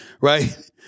right